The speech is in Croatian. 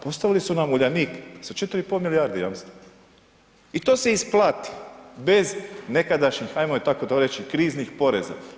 Pa ostavili su nam Uljanik sa 4,5 milijarde jamstva i to se isplati bez nekadašnjih ajmo tako to reći kriznih poreza.